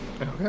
Okay